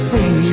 Sing